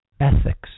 ethics